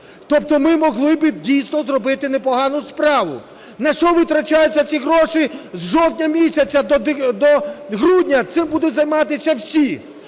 Тобто ми могли би дійсно зробити непогану справу. На що витрачаються ці гроші з жовтня місяця до грудня? Цим будуть займатися всі